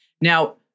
Now